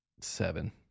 Seven